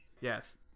Yes